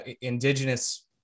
indigenous